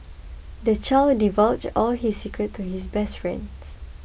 the child divulged all his secrets to his best friends